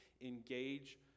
engage